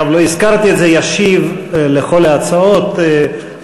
היום לא הזכרתי את זה: ישיב לכל ההצעות סגן